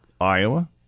Iowa